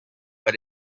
but